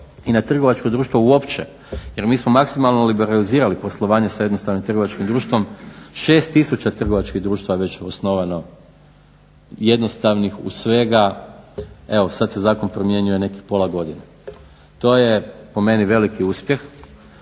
i na trgovačko društvo uopće. Jer mi smo maksimalno liberalizirali poslovanje sa jednostavnim trgovačkim društvom. 6 tisuća trgovačkih društava je već osnovano jednostavnih u svega evo sada se zakon promijenio u nekih pola godine. to je po meni veliki uspjeh,